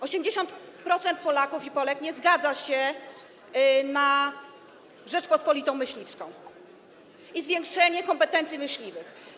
80% Polaków i Polek nie zgadza się na Rzeczpospolitą myśliwską i zwiększenie kompetencji myśliwych.